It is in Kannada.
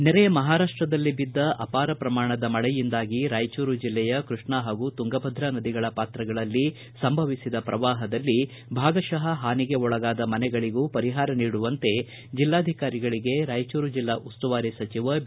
ನೆರೆಯ ಮಹಾರಾಷ್ಟದಲ್ಲಿ ಬಿದ್ದ ಅಪಾರ ಪ್ರಮಾಣದ ಮಳೆಯಿಂದಾಗಿ ರಾಯಚೂರು ಜಿಲ್ಲೆಯ ಕೃಷ್ಣ ಹಾಗೂ ತುಂಗಭದ್ರ ನದಿಗಳ ಪಾತ್ರಗಳಲ್ಲಿ ಸಂಭವಿಸಿದ ಪ್ರವಾಹದಲ್ಲಿ ಭಾಗಶಃ ಹಾನಿಗೆ ಒಳಗಾದ ಮನೆಗಳಗೂ ಪರಿಹಾರ ನೀಡುವಂತೆ ಜಿಲ್ಲಾಧಿಕಾರಿಗಳಿಗೆ ರಾಯಚೂರು ಜಿಲ್ಲಾ ಉಸ್ತುವಾರಿ ಸಚಿವ ಬಿ